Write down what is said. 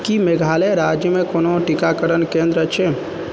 की मेघालय राज्यमे कोनो टीकाकरण केंद्र अछि